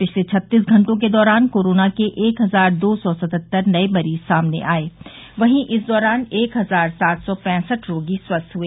पिछले छत्तीस घंटों के दौरान कोरोना के एक हजार दो सौ सतहत्तर नये मरीज सामने आये वहीं इस दौरान एक हजार सात सौ पैंसठ रोगी स्वस्थ हुए